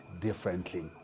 differently